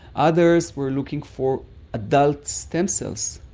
others were looking for adult stem cells,